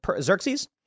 Xerxes